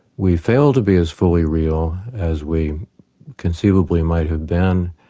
we fail to be as fully real as we conceivably might have been,